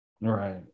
Right